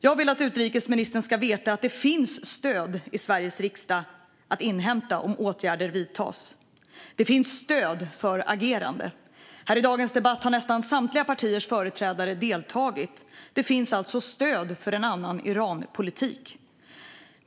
Jag vill att utrikesministern ska veta att det finns stöd i Sveriges riksdag om åtgärder vidtas. Det finns stöd för agerande. Här i dagens debatt har nästan samtliga partiers företrädare deltagit. Det finns alltså stöd för en annan Iranpolitik.